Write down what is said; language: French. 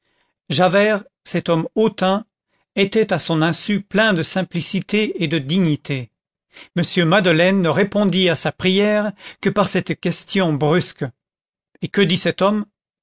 javert cet homme hautain était à son insu plein de simplicité et de dignité m madeleine ne répondit à sa prière que par cette question brusque et que dit cet homme